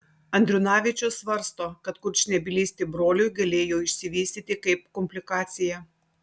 andriunavičius svarsto kad kurčnebylystė broliui galėjo išsivystyti kaip komplikacija